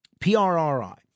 PRRI